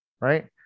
right